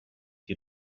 you